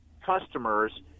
customers